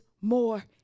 more